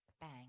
bang